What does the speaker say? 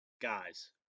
Guys